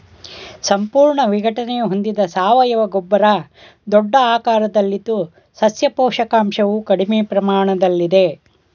ಸಂಪೂರ್ಣ ವಿಘಟನೆ ಹೊಂದಿದ ಸಾವಯವ ಗೊಬ್ಬರ ದೊಡ್ಡ ಆಕಾರದಲ್ಲಿದ್ದು ಸಸ್ಯ ಪೋಷಕಾಂಶವು ಕಡಿಮೆ ಪ್ರಮಾಣದಲ್ಲಿದೆ